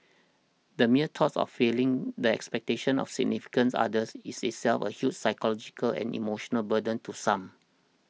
the mere thoughts of failing the expectations of significant others is itself a huge psychological and emotional burden to some